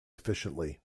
efficiently